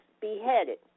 beheaded